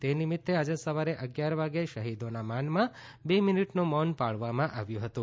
તે નિમિત્તે આજે સવારે અગિયાર વાગે શહીદોના માનમાં બે મીનીટનું મૌન પાળવામાં આવ્યું હતું